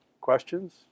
questions